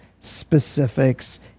specifics